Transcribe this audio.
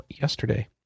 yesterday